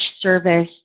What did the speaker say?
service